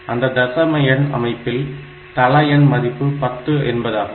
அந்த தசம எண் அமைப்பில் தள எண் மதிப்பு 10 என்பதாகும்